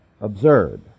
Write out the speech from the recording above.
absurd